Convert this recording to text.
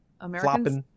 Americans